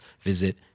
visit